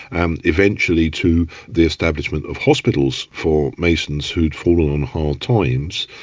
and eventually to the establishment of hospitals for masons who'd fallen on hard times.